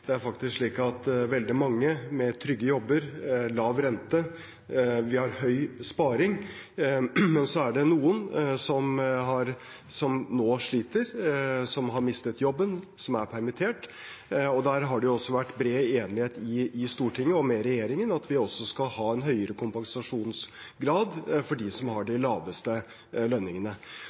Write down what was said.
Det er faktisk veldig mange med trygge jobber, det er lav rente, og vi har stor grad av sparing. Men det er noen som nå sliter, som har mistet jobben eller er permittert. Det har også vært bred enighet i Stortinget og med regjeringen om at vi skal ha en høyere kompensasjonsgrad for dem som har de laveste lønningene.